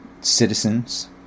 citizens